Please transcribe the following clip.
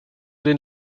den